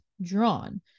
drawn